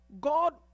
God